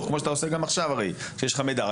כמו שאתה עושה גם עכשיו כשיש לך מידע,